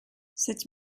sept